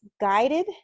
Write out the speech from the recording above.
guided